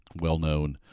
well-known